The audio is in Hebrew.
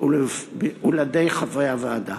ובלעדי חברי הוועדה.